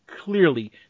clearly